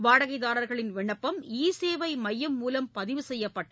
வாடகைதாரர்களின் விண்ணப்பம் இ சேவை மையம் மூலம் பதிவு செய்யப்பட்டு